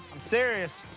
i'm serious.